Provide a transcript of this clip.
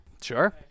Sure